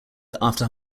after